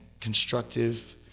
constructive